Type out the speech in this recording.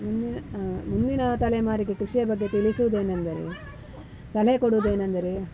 ಮುಂದಿನ ಮುಂದಿನ ತಲೆಮಾರಿಗೆ ಕೃಷಿಯ ಬಗ್ಗೆ ತಿಳಿಸುವುದೇನೆಂದರೆ ಸಲಹೆ ಕೊಡುದೇನೆಂದರೆ